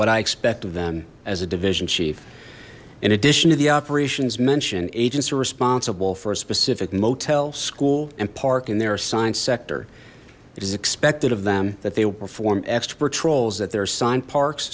what i expect of them as a division chief in addition to the operations mentioned agents are responsible for a specific motel school and park in their assigned sector it is expected of them that they will form extra patrols that they're assigned parks